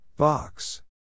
Box